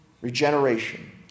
regeneration